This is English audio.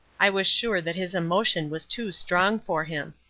i was sure that his emotion was too strong for him.